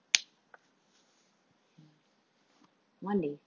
one day